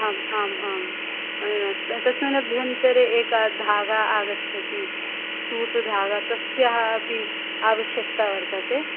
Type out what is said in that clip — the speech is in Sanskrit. आम् आम् आम् तस्मिन् अभ्यन्तरे एका धागा आगच्छति सूतधागा तस्यः अपि आवश्यक्ता वर्तते